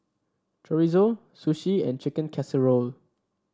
Chorizo Sushi and Chicken Casserole